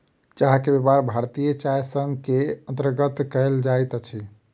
चाह के व्यापार भारतीय चाय संग के अंतर्गत कयल जाइत अछि